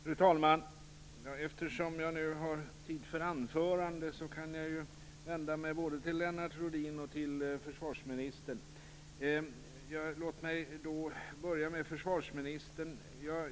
Fru talman! Eftersom jag nu har tid för anförande kan jag vända mig både till Lennart Rohdin och till försvarsministern. Låt mig då börja med försvarsministern.